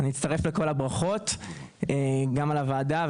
אני מצטרף לכל ברכות גם על הוועדה,